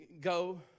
go